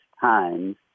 times